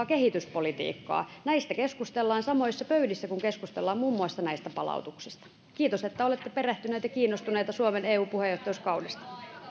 kehityspolitiikkaa näistä keskustellaan samoissa pöydissä kuin keskustellaan muun muassa näistä palautuksista kiitos että olette perehtyneet ja kiinnostuneita suomen eu puheenjohtajuuskaudesta